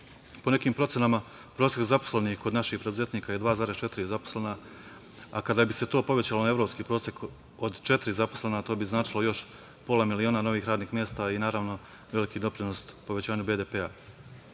nekim procenama, prosek zaposlenih kod naših preduzetnika je 2,4 zaposlena a kada bi se to povećalo na evropski prosek od 4 zaposlena to bi značilo još pola miliona novih radnih mesta i naravno veliki doprinos povećanju BDP-a. Srbija